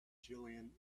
jillian